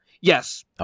Yes